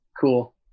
cool